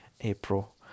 April